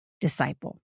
disciple